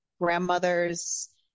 grandmother's